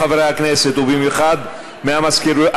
הכנסת ובמיוחד מהמזכירות,